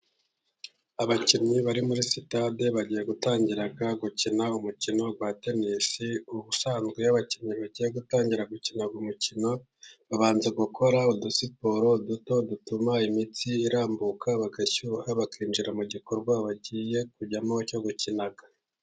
Abakinnyi bari muri sitade, bagiye gutangira gukina umukino wa tenisi. Ubusanzwe iyo abakinnyi bagiye gutangira gukina umukino, babanza gukora udusiporo duto, dutuma imitsi irambuka. Bagashyuha bakinjira mu gikorwa bagiye kujyamo cyo gukina.